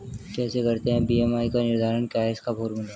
कैसे करते हैं बी.एम.आई का निर्धारण क्या है इसका फॉर्मूला?